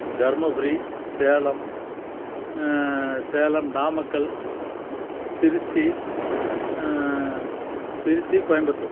Dharmapuri Salem Salem Namakkal Tiruchi Tiruchi Coimbatore